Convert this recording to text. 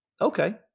Okay